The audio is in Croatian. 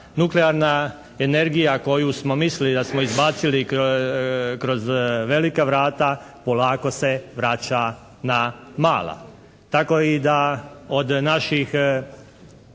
nuklearna energija koju smo mislili da smo izbacili kroz velika vrata polako se vraća na mala.